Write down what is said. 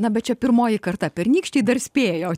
na bet čia pirmoji karta pernykščiai dar spėjo